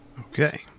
Okay